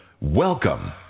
Welcome